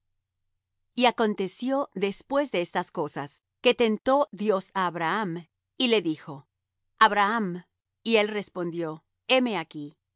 y acontecio después de estas cosas que tentó dios á abraham y le dijo abraham y él respondió heme aquí